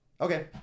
okay